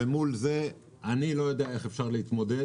מול זה אני לא יודע איך אפשר להתמודד.